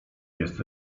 jest